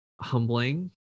humbling